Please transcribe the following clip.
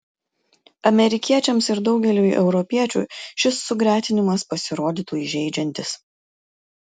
amerikiečiams ir daugeliui europiečių šis sugretinimas pasirodytų įžeidžiantis